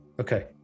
Okay